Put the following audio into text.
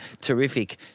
terrific